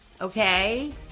Okay